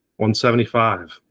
175